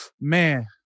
man